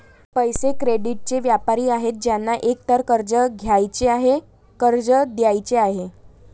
पैसे, क्रेडिटचे व्यापारी आहेत ज्यांना एकतर कर्ज घ्यायचे आहे, कर्ज द्यायचे आहे